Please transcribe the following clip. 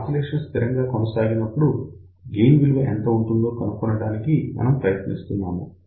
oscillations స్థిరంగా కొనసాగుతున్నప్పుడు gain విలువ ఎంత ఉంటుందో కొనుక్కోడానికి మనం ప్రయత్నిస్తున్నాము